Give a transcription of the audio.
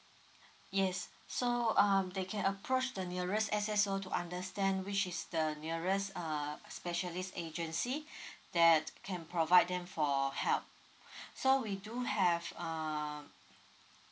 yes so um they can approach the nearest S_S_O to understand which is uh nearest err specialist agency that can provide them for help so we do have um